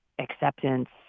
acceptance